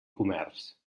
comerç